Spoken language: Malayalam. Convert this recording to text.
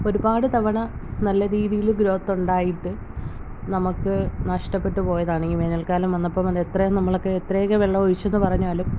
ഒരുപാട് തവണ നല്ല രീതിയിൽ ഗ്രോത്ത് ഉണ്ടായിട്ട് നമുക്ക് നഷ്ടപ്പെട്ട് പോയതാണ് ഈ വേനൽക്കാലം വന്നപ്പോൾ അത്ര നമ്മൾ എത്രയൊക്കെ വെള്ളം ഒഴിച്ചെന്ന് പറഞ്ഞാലും